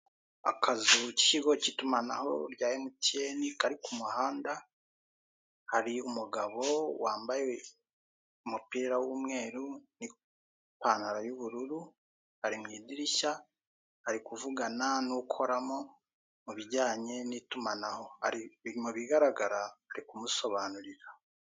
Akazu k'ikigo cy'itumanaho rya MTN kari ku muhanda hari umugabo wambaye umupira w'umweru n'ipantaro y'ubururu ari mu idirishya arikuvugana n'ukoramo mubijyanye n'itumanaho ari mubigaragara ari kumusobanurira.